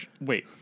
wait